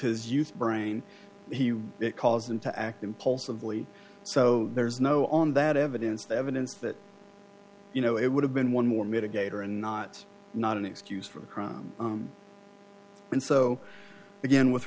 his youth brain he caused him to act impulsively so there's no on that evidence the evidence that you know it would have been one more mitigator and not not an excuse for a crime and so again with